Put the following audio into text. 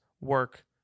work